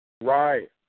Right